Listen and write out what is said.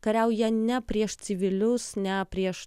kariauja ne prieš civilius ne prieš